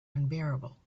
unbearable